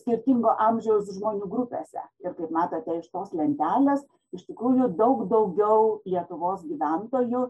skirtingo amžiaus žmonių grupėse ir kaip matote iš tos lentelės iš tikrųjų daug daugiau lietuvos gyventojų